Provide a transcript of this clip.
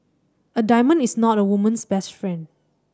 a diamond is not a woman's best friend